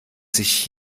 sich